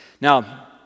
Now